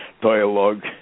dialogue